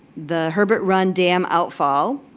the herbert run dam outfall,